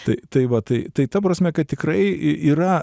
tai tai va tai ta prasme kad tikrai yra